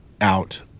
out